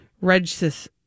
Regis